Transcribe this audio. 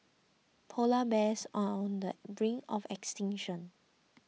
Polar Bears are on the brink of extinction